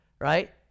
right